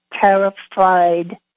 terrified